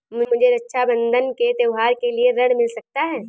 क्या मुझे रक्षाबंधन के त्योहार के लिए ऋण मिल सकता है?